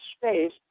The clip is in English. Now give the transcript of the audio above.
space